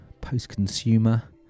post-consumer